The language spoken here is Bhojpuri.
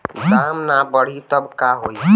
दाम ना बढ़ी तब का होई